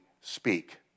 speak